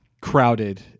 crowded